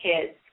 kids